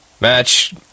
Match